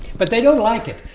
but they don't like it,